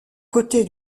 côté